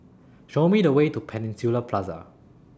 Show Me The Way to Peninsula Plaza